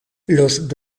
los